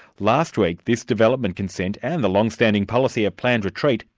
last week this development consent and the long-standing policy of planned retreat,